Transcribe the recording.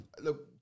Look